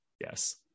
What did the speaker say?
Yes